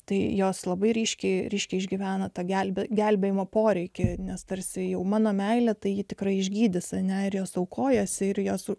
tai jos labai ryškiai ryškiai išgyvena tą gelbė gelbėjimo poreikį nes tarsi jau mano meilė tai ji tikrai išgydys energijos aukojasi ir jos